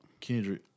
Kendrick